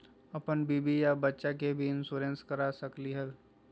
अपन बीबी आ बच्चा के भी इंसोरेंसबा करा सकली हय?